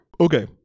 Okay